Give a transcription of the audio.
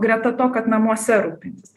greta to kad namuose rūpintis